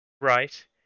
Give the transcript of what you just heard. Right